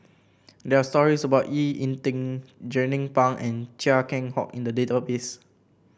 there are stories about E Ying Ding Jernnine Pang and Chia Keng Hock in the database